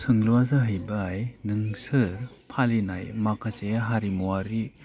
सोंलुआ जाहैबाय नोंसोर फालिनाय माखासे हारिमुवारि